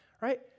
right